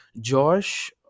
Josh